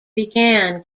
began